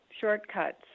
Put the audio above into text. shortcuts